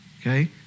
okay